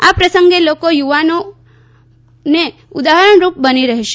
આ અંગે લોકો થુવાનો ઉદાહરણરૂપ બની રહેશે